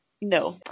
no